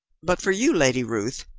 but for you, lady ruth,